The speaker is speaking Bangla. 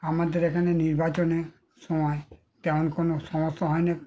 আমাদের এখানে নির্বাচনের সময় তেমন কোনো সমস্যা হয় না